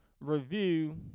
review